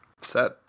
set